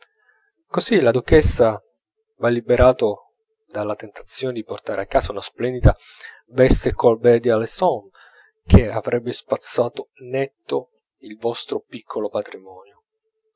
così la duchessa v'ha liberato dalla tentazione di portar a casa una splendida veste colbert e aleon che avrebbe spazzato netto il vostro piccolo patrimonio